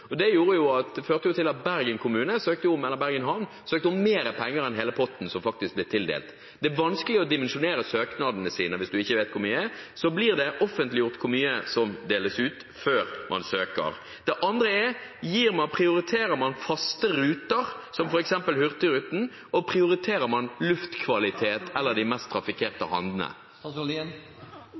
Det førte til at Bergen Havn søkte om mer penger enn hele potten som faktisk ble tildelt. Det er vanskelig å dimensjonere søknadene hvis man ikke vet hvor mye som ligger i potten. Blir det offentliggjort hvor mye som deles ut før man søker? Det andre spørsmålet er: Prioriterer man faste ruter, f.eks. Hurtigruten, og prioriterer man luftkvalitet eller de mest trafikkerte